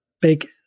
big